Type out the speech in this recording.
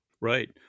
Right